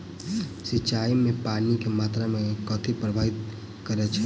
सिंचाई मे पानि केँ मात्रा केँ कथी प्रभावित करैत छै?